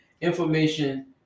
information